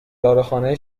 داروخانه